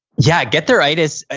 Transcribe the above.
yeah. get-there-itis, ah